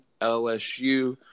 LSU